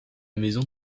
maison